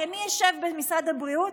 הרי מי ישב במשרד הבריאות,